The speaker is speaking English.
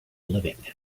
living